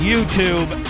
YouTube